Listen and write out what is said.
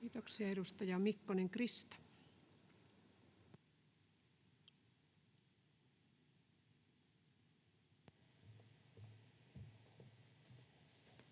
Kiitoksia. — Edustaja Mikkonen, Krista. [Speech